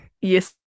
Yes